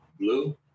Blue